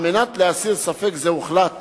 על מנת להסיר ספק זה, הוחלט